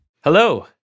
Hello